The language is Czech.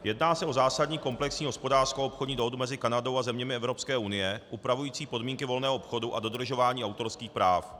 Jedná se o zásadní komplexní hospodářskou a obchodní dohodu mezi Kanadou a zeměmi Evropské unie upravující podmínky volného obchodu a dodržování autorských práv.